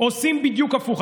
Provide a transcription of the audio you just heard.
עושים בדיוק הפוך.